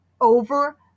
over